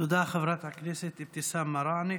תודה, חברת הכנסת אבתיסאם מראענה.